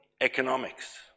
economics